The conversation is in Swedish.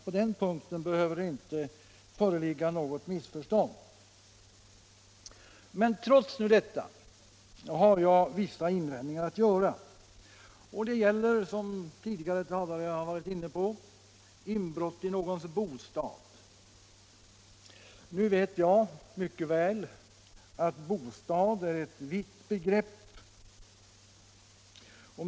På den punkten behöver inget missförstånd föreligga. Trots detta har jag vissa invändningar att göra. De gäller, som tidigare talare har varit inne på, inbrott i någons bostad. Nu vet jag mycket väl att bostad är ett vitt begrepp.